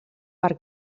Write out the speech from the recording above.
per